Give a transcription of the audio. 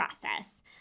process